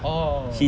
orh